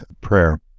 prayer